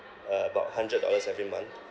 uh about hundred dollars every month